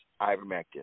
ivermectin